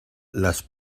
las